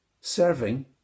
serving